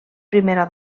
primera